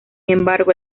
embargo